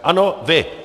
Ano, vy!